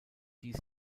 dies